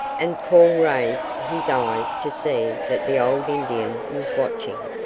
and paul raised his eyes to see that the old indian was watching,